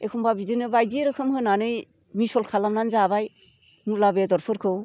एखनबा बिदिनो बायदि रोखोम होनानै मिसल खालामनानै जाबाय मुला बेदरफोरखौ